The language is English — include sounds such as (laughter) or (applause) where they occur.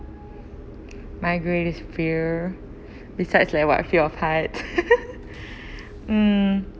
my greatest fear besides like what fear of height (laughs) mm